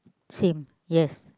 Sim yes